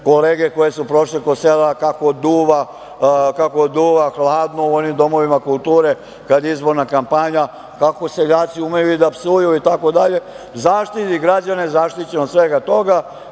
kolege koje su prošle kroz sela kako duva, kako duva hladno u onim domovima kulture kad je izborna kampanja, kako seljaci umeju i da psuju, itd. Zaštitnik građana je zaštićen od svega toga